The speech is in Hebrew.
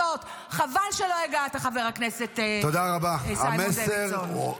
חבל שלא הגעת חבר הכנסת סימון דוידסון.